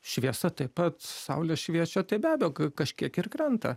šviesa taip pat saulė šviesa tai be abejo kažkiek ir krenta